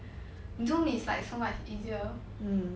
zoom is like so much easier